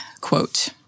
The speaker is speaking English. Quote